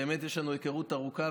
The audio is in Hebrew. שבאמת יש לנו היכרות ארוכה,